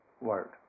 Word